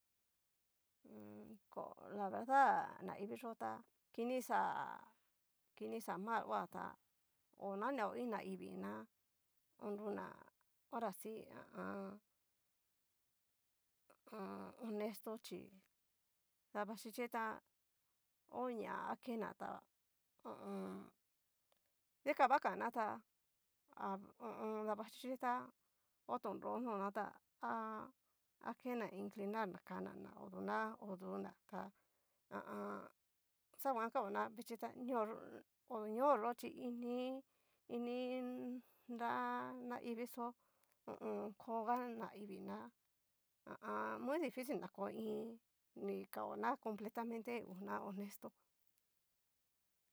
Mmm ko la verdad ni'iviyo ta kini xa mal ohá ta ho naneo iin naivi ná oruna horasi ha a an. onesto chí, dabaxhichí ta oña akena ta ha a an. dikan va kan ná tá ha ho o on. davaxhichi tá ho tonro nona tá ha akena inclinar na kana na oduná adunaká ha a an. xanguan kao na vichí ta ñoo yó, odu ñoo yo'o chí ini ini nrá naivixo ho o on. koga naivii ná ha a an muy dificil na ko iin kao ná completamente una honesto.